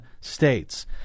states